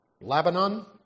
Lebanon